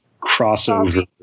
crossover